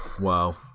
wow